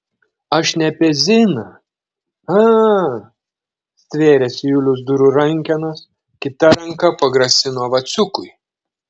aš ne apie ziną a stvėrėsi julius durų rankenos kita ranka pagrasino vaciukui